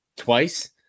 twice